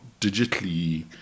digitally